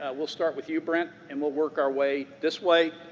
ah we'll start with you, brent, and we'll work our way this way,